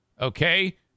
Okay